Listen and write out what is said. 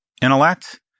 intellect